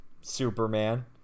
Superman